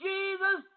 Jesus